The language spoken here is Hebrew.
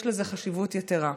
יש לזה חשיבות יתרה.